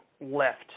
left